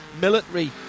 military